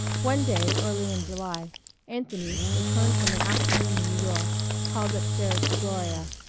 one day early in july anthony, returned from an afternoon in new york, called up-stairs to gloria.